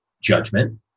judgment